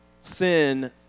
sin